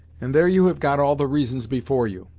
and there you have got all the reasons before you.